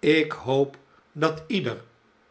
ik hoop dat ieder